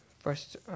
First